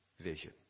vision